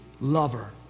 lover